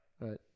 Right